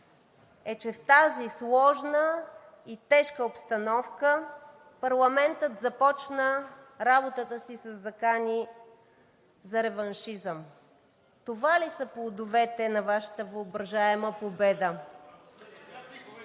е, че в тази сложна и тежка обстановка парламентът започна работата си със закани за реваншизъм. Това ли са плодовете на Вашата въображаема победа?!